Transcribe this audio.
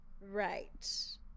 right